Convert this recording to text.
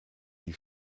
die